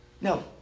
No